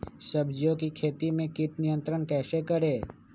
सब्जियों की खेती में कीट नियंत्रण कैसे करें?